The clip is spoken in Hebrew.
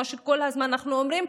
כמו שכל הזמן אנחנו אומרים,